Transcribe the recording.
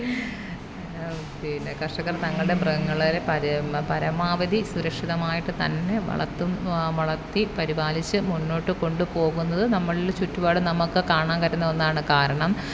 പിന്നെ കർഷകർ തങ്ങളുടെ മൃഗങ്ങളെ പരമ പരമാവധി സുരക്ഷിതമായിട്ട് തന്നെ വളർത്തും വളർത്തി പരിപാലിച്ച് മുന്നോട്ട് കൊണ്ടുപോകുന്നത് നമ്മളിൽ ചുറ്റുപാടും നമുക്ക് കാണാൻ പറ്റുന്ന ഒന്നാണ് കാരണം